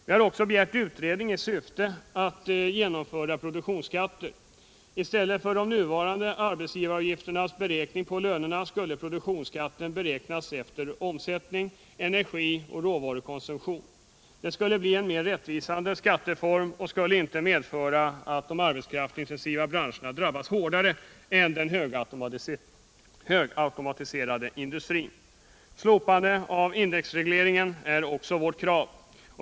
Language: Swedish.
Vi har också begärt en utredning i syfte att genomföra produktionsskatter. I stället för de nuvarande arbetsgivaravgifterna, som beräknas på lönerna, skulle man införa produktionsskatter, som beräknas efter omsättning, energioch råvarukonsumtion. Det skulle bli en rättvisare skatteform, som inte skulle medföra att de arbetskraftsintensiva branscherna drabbades hårdare än den högautomatiserade industrin. Slopande av indexregleringen är också vårt krav.